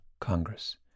Congress